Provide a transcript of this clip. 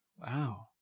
Wow